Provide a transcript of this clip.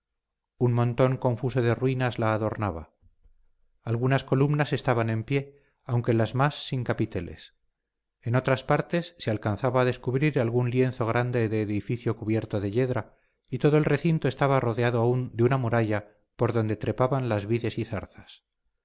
un montón confuso de ruinas la adornaba algunas columnas estaban en pie aunque las más sin capiteles en otras partes se alcanzaba a descubrir algún lienzo grande de edificio cubierto de yedra y todo el recinto estaba rodeado aún de una muralla por donde trepaban las vides y zarzas